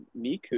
Miku